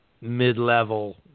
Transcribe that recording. mid-level